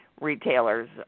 retailers